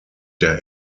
der